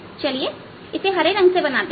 तो चलिए इसे हरे रंग का बनाते हैं